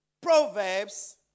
Proverbs